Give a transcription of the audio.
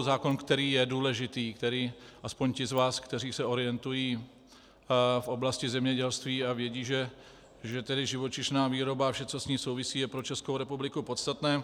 Zákon, který je důležitý, který aspoň ti z vás, kteří se orientují v oblasti zemědělství a vědí, že živočišná výroba a vše, co s ní souvisí, je pro Českou republiku podstatné.